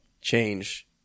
change